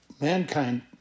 mankind